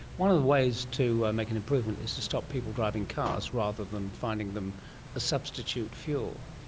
one of the ways to make an improvement is to stop people driving cars rather than finding them a substitute fuel.